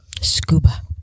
Scuba